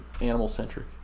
animal-centric